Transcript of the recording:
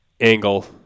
angle